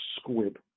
squib